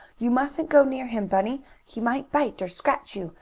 you musn't go near him, bunny. he might bite or scratch you.